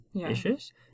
issues